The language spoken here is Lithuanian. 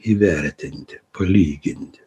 įvertinti palyginti